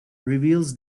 reveals